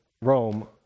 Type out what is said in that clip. Rome